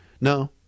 no